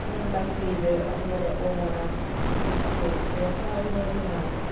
ബക്രീത് അതുപോലെ ഓണം വിഷു ഇവയൊക്കെ അവധി ദിവസങ്ങളാണിവിടെ